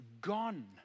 gone